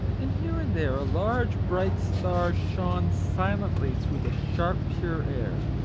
and here and there a large bright star shone silently through the sharp, pure air.